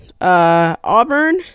Auburn